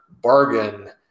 bargain